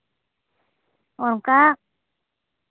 ᱚᱱᱠᱟ